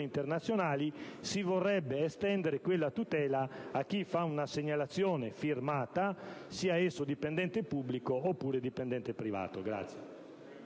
internazionali, si vorrebbe estendere tale tutela a chiunque faccia una segnalazione firmata, sia esso dipendente pubblico oppure privato.